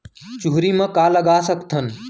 चुहरी म का लगा सकथन?